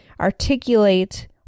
articulate